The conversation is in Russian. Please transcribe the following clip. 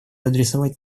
адресовать